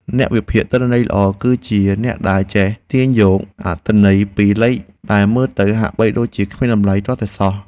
អ្នកវិភាគទិន្នន័យល្អ គឺជាអ្នកដែលចេះទាញយកអត្ថន័យពីលេខដែលមើលទៅហាក់បីដូចជាគ្មានតម្លៃទាល់តែសោះ។